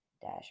dash